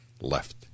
left